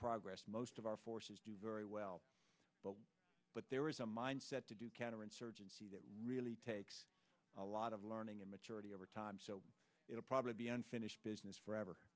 progress most of our forces do very well but but there is a mindset to do counterinsurgency that really takes a lot of learning and maturity over time so it'll probably be unfinished business